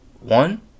one